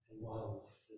love